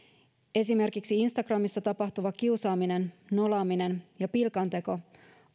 esimerkiksi instagramissa tapahtuva kiusaaminen nolaaminen ja pilkanteko